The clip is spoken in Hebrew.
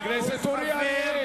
חבר הכנסת אורי אריאל,